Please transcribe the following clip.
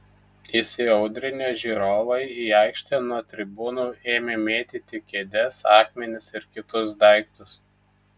įsiaudrinę žiūrovai į aikštę nuo tribūnų ėmė mėtyti kėdes akmenis ir kitus daiktus